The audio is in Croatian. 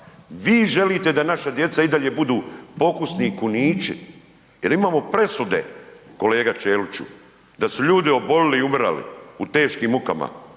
Vi želite da naša djeca i dalje budu pokusni kunići. Jel imamo presude kolega Čeliću da su ljudi obolili i umirali u teškim mukama